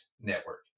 Network